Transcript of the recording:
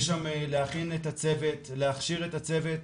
להכין את הצוות, להכשיר את הצוות,